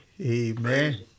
amen